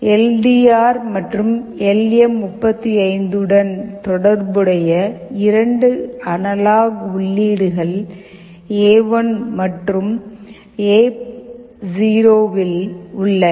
L D R மற்றும் L M 35 உடன் தொடர்புடைய இரண்டு அனலாக் உள்ளீடுகள் எ1 மற்றும் எ0 வில் உள்ளன